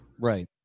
Right